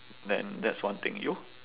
then that's one thing you